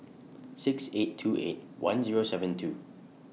six eight two eight one Zero seven two